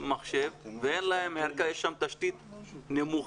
מחשב ואין להם ערכה ויש שם תשתית נמוכה.